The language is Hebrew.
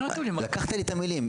איך מקבלים --- לקחת לי את המילים,